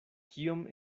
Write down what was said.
kiom